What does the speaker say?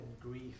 grief